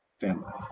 family